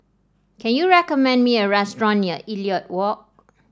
can you recommend me a restaurant near Elliot Walk